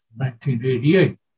1988